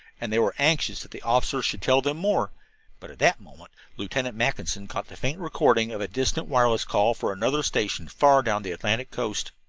and they were anxious that the officer should tell them more but at that moment lieutenant mackinson caught the faint recording of a distant wireless call for another station, far down the atlantic coast.